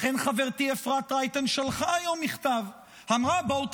לכן חברתי אפרת רייטן שלחה היום מכתב ואמרה: בואו,